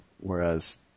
whereas